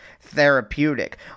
therapeutic